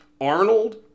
Arnold